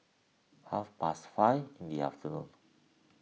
half past five in the afternoon